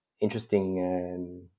interesting